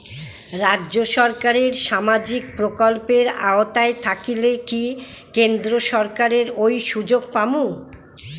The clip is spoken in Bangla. রাজ্য সরকারের সামাজিক প্রকল্পের আওতায় থাকিলে কি কেন্দ্র সরকারের ওই সুযোগ পামু?